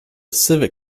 civic